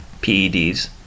PEDs